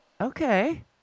Okay